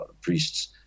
priests